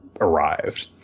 arrived